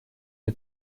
мне